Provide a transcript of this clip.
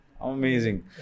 amazing